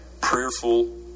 prayerful